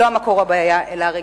לא המקור הוא הבעיה אלא הרגישות.